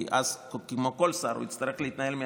כי אז כמו כל שר הוא יצטרך להתנהל מהכנסת,